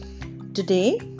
Today